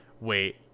Wait